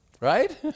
Right